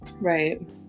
right